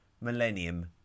millennium